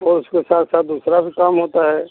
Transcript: और उसके साथ साथ दूसरा भी काम होता है